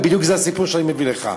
ובדיוק זה הסיפור שאני מביא לך: